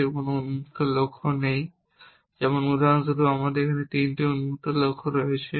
এর কোনো উন্মুক্ত লক্ষ্য নেই যেমন উদাহরণস্বরূপ এখানে আমাদের তিনটি উন্মুক্ত লক্ষ্য রয়েছে